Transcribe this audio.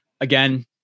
Again